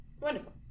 Wonderful